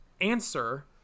answer